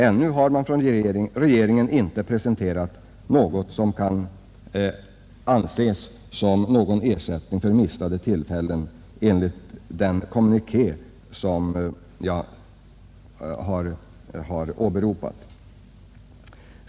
Ännu har regeringen inte presenterat något som kan anses vara ersättning för förlorade arbetstillfällen, vilket utlovades i den kommuniké som jag har åberopat.